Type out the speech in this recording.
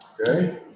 okay